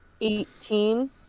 Eighteen